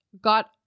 got